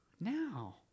now